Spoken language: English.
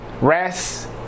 rest